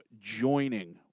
joining